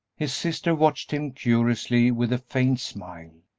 his sister watched him curiously with a faint smile.